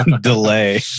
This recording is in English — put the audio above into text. delay